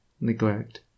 neglect